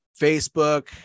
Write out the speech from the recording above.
Facebook